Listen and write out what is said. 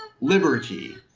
liberty